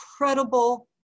incredible